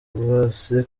bose